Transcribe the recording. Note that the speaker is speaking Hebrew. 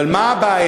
אבל מה הבעיה?